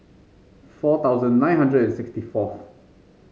four thousand nine hundred and sixty fourth